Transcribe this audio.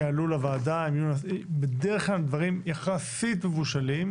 שיעלו לוועדה הם יהיו בדרך כלל דברים יחסית מבושלים.